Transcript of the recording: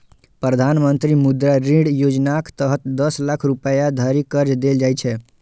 प्रधानमंत्री मुद्रा ऋण योजनाक तहत दस लाख रुपैया धरि कर्ज देल जाइ छै